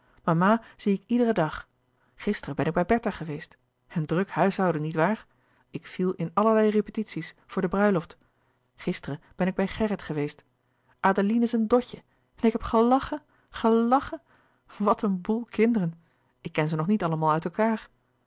mama zie ik iederen dag gisteren ben ik bij bertha geweest een druk huishouden niet waar ik viel in allerlei repetities voor de bruiloft gisteren ben ik bij gerrit geweest adeline is een dotje en ik heb gelachen gelachen wat een boel kinderen ik ken ze nog niet allemaal uit elkaâr